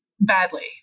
badly